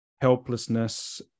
helplessness